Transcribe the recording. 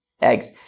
eggs